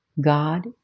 God